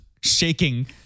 shaking